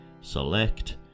select